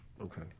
okay